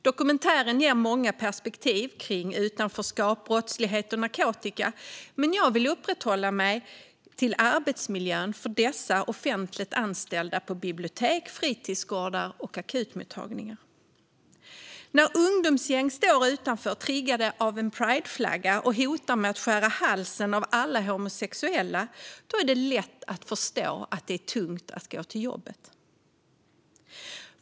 Dokumentären ger många perspektiv på utanförskap, brottslighet och narkotika. Men jag vill uppehålla mig vid arbetsmiljön för offentligt anställda på bibliotek, fritidsgårdar och akutmottagningar. När ungdomsgäng står utanför, triggade av en prideflagga, och hotar att skära halsen av alla homosexuella är det lätt att förstå att det är tungt att gå till jobbet.